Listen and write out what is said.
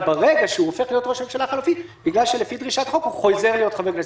ברגע שהוא הופך להיות ראש ממשלה חלופי הוא חוזר להיות חבר כנסת.